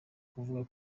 kuvuga